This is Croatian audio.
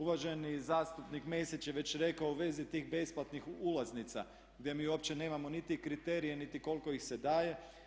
Uvaženi zastupnik Mesić je već rekao u vezi tih besplatnih ulaznica gdje mi uopće nemamo niti kriterije niti koliko ih se daje.